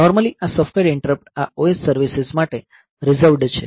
normally આ software interrupt આ OS services માટે રિઝર્વ્ડ છે